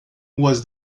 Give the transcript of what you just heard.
was